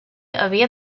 havia